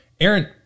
Aaron